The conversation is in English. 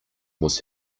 was